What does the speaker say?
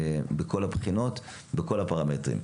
מכל הבחינות ובכל הפרמטרים.